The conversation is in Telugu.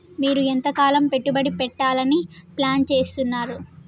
మీరు ఎంతకాలం పెట్టుబడి పెట్టాలని ప్లాన్ చేస్తున్నారు?